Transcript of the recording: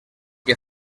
que